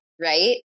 right